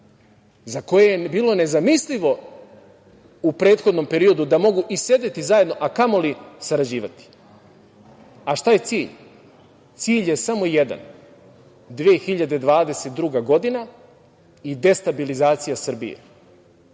za koje je bilo nezamislivo u prethodnom periodu da mogu i sedeti zajedno, a kamoli sarađivati. Šta je cilj? Cilj je samo jedan - 2022. godina i destabilizacija Srbije.